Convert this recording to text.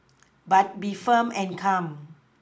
but be firm and calm